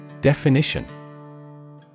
Definition